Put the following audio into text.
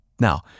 Now